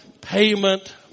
payment